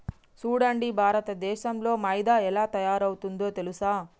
సూడండి భారతదేసంలో మైదా ఎలా తయారవుతుందో తెలుసా